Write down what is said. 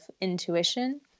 intuition